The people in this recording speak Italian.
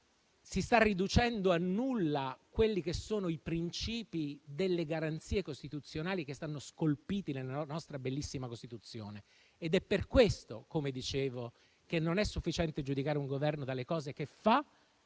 si stiano riducendo a nulla i principi delle garanzie costituzionali che sono scolpiti nella nostra bellissima Costituzione. È per questo - come dicevo - che non è sufficiente giudicare un Governo dalle cose che fa,